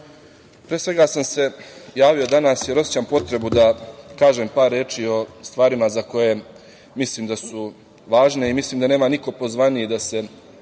svega sam se javio danas jer osećam potrebu da kažem par reči o stvarima za koje mislim da su važne i mislim da nema niko pozvaniji da se